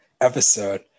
episode